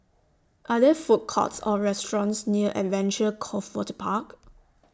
Are There Food Courts Or restaurants near Adventure Cove Waterpark